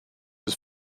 his